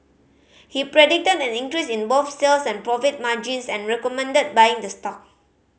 he predicted an increase in both sales and profit margins and recommended buying the stock